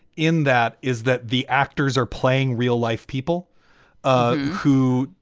in that is that the actors are playing real life people ah who,